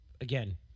Again